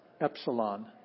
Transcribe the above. Epsilon